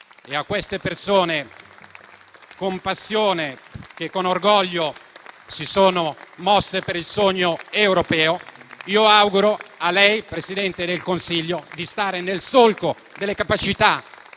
e queste persone che, con passione e con orgoglio, si sono mosse per il sogno europeo. Io auguro a lei, Presidente del Consiglio, di stare nel solco delle capacità,